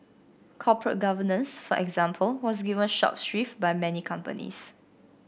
corporate governance for example was given short shrift by many companies